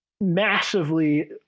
massively